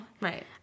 Right